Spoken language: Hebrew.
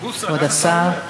כבוד השר.